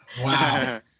wow